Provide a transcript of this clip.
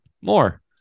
more